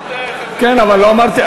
כן, אבל לא אמרת.